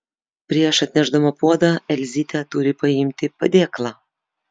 prieš atnešdama puodą elzytė turi paimti padėklą